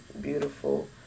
beautiful